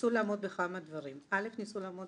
ניסו לעמוד בכמה דברים: א', ניסו לעמוד